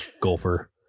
golfer